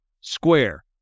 Square